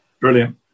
Brilliant